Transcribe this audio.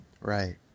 Right